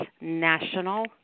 National